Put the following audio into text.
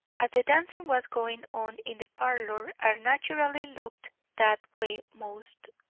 as the dancing was going on in the parlour i naturally looked that way most,